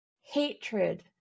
hatred